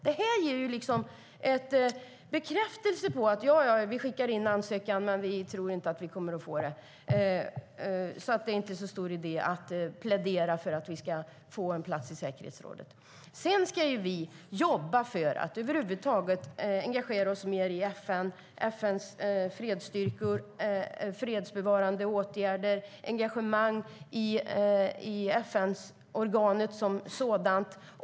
Detta blir en bekräftelse på att man skickar in en ansökan men inte tror att Sverige kommer att få en plats i säkerhetsrådet och att det därför inte är så stor idé att plädera för det. Vi ska över huvud taget engagera oss mer i FN, i FN:s fredsstyrkor, i fredsbevarande åtgärder och i FN-organet som sådant.